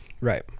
Right